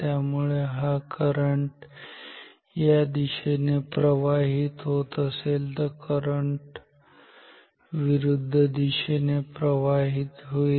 त्यामुळे जर हा करंट या दिशेने प्रवाहित होत असेल तर हा करंट विरुद्ध दिशेने प्रवाहित होईल